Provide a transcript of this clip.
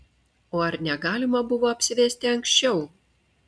o ar negalima buvo apsivesti anksčiau